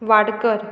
Wadkar